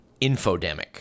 infodemic